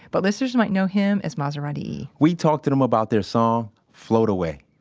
but listeners might know him as maserati e we talked to them about their song float away.